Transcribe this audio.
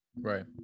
Right